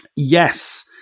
Yes